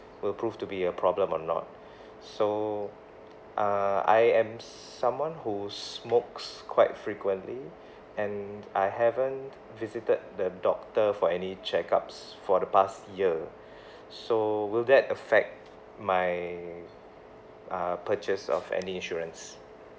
will prove to be a problem or not so uh I am someone who smokes quite frequently and I haven't visited the doctor for any checkups for the past year so will that affect my uh purchase of any insurance